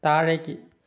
താഴേക്ക്